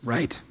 Right